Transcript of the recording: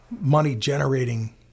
money-generating